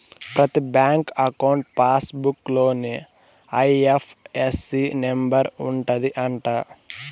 ప్రతి bank account passbook లోనే IFSC number ఉంటది అంట